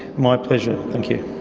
my pleasure, thank you